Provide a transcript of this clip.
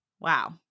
wow